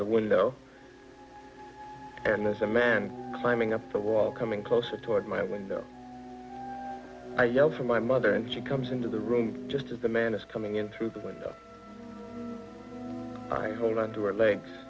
the window and there's a man climbing up the wall coming closer toward my window i yell for my mother and she comes into the room just as the man is coming in through the window i hold on to her legs